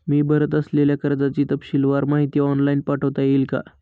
मी भरत असलेल्या कर्जाची तपशीलवार माहिती ऑनलाइन पाठवता येईल का?